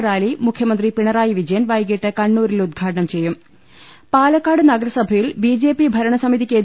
rally മുഖ്യമന്ത്രി പിണറായി വിജയൻ വൈകീട്ട് കണ്ണൂ രിൽ ഉദ്ഘാടനം ചെയ്യും പാലക്കാട് നഗരസഭയിൽ ബി ജെ പി ഭരണസമിതിക്കെ